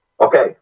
Okay